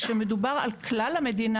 לידיעה כשמדובר על כלל המדינה,